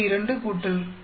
2 8